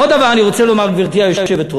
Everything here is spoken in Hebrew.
עוד דבר אני רוצה לומר, גברתי היושבת-ראש,